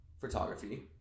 photography